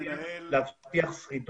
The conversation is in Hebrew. באמינות של אספקה, שזה חלק